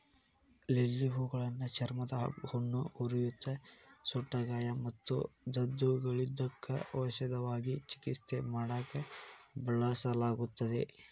lily ಹೂಗಳನ್ನ ಚರ್ಮದ ಹುಣ್ಣು, ಉರಿಯೂತ, ಸುಟ್ಟಗಾಯ ಮತ್ತು ದದ್ದುಗಳಿದ್ದಕ್ಕ ಔಷಧವಾಗಿ ಚಿಕಿತ್ಸೆ ಮಾಡಾಕ ಬಳಸಲಾಗುತ್ತದೆ